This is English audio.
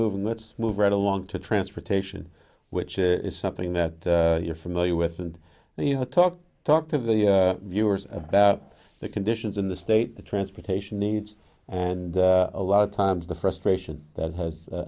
moving that's move right along to transportation which is something that you're familiar with and you know talk talk to the viewers about the conditions in the state the transportation needs and a lot of times the frustration that has